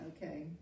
Okay